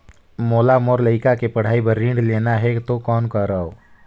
मोला मोर लइका के पढ़ाई बर ऋण लेना है तो कौन करव?